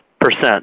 percent